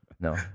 No